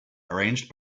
arranged